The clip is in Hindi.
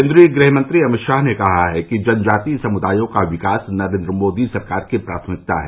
केन्द्रीय गृहमंत्री अमित शाह ने कहा है कि जनजातीय समुदायों का विकास नरेन्द्र मोदी सरकार की प्राथमिकता है